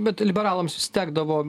bet liberalams vis tekdavo